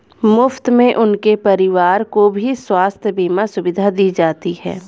मुफ्त में उनके परिवार को भी स्वास्थ्य बीमा सुविधा दी जाती है